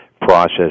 process